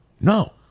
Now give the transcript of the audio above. no